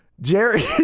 Jerry